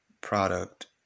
product